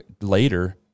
later